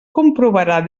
comprovarà